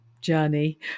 journey